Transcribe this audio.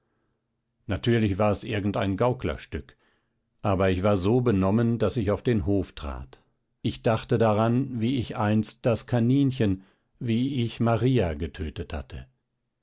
natürlich war es irgendein gauklerstück aber ich war so benommen daß ich auf den hof trat ich dachte daran wie ich einst das kaninchen wie ich maria getötet hatte